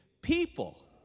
people